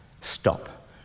stop